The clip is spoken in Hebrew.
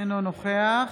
אינו נוכח